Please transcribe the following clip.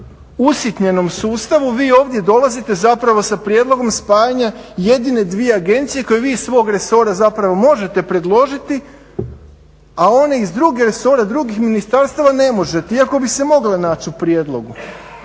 usitnjenom sustavu vi ovdje dolazite zapravo sa prijedlogom spajanja jedine dvije agencije koje vi iz svog resora zapravo možete predložiti, a one iz drugih resora drugih ministarstava ne možete iako bi se mogle naći u prijedlogu.